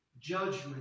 judgment